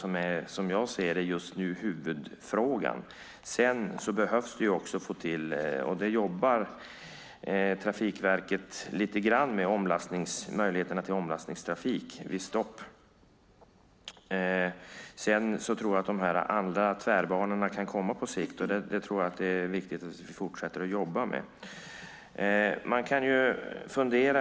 Det är som jag ser det huvudfrågan just nu. Man behöver också få till möjligheter till omlastningstrafik vid stopp, och det jobbar Trafikverket lite grann med. Jag tror att de andra tvärbanorna kan komma på sikt och att det är viktigt att fortsätta jobba med detta.